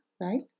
right